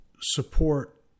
support